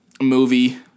movie